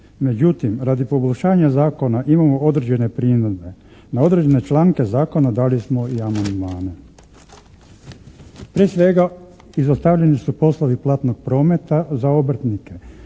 Međutim, radi poboljšanja zakona imamo određene primjedbe, na određene članke zakona dali smo i amandmane. Prije svega izostavljeni su poslovi platnog prometa za obrtnike.